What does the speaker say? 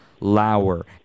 Lauer